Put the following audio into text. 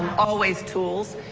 always tools.